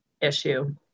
issue